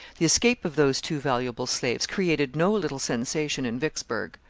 the escape of those two valuable slaves created no little sensation in vicksburgh.